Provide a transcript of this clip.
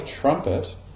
trumpet